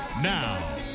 Now